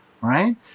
Right